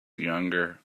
younger